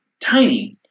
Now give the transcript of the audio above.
tiny